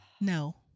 No